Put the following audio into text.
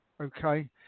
Okay